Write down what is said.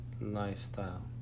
lifestyle